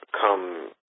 come